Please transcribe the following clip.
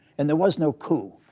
and there was no coup.